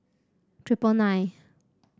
triple nine